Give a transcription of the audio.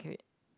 K